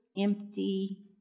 empty